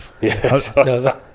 Yes